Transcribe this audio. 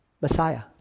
Messiah